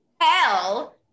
hell